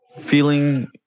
feeling